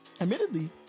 admittedly